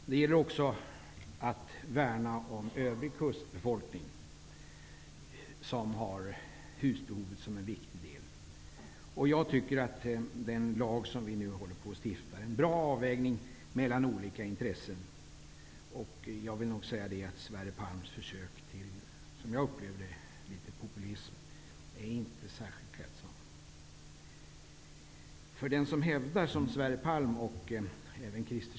Det gäller också att värna om övrig kustbefolkning som har husbehovet som en viktig del. Jag tycker att den lag som nu kommer att stiftas innebär en bra avvägning mellan olika intressen. Jag upplever därför att Sverre Palms försök till populism inte är särskilt klädsam.